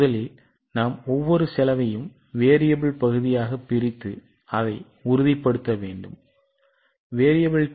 முதலில் நாம் ஒவ்வொரு செலவையும் மாறிப் பிரித்து அதை உறுதிப்படுத்த வேண்டும்